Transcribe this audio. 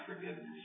forgiveness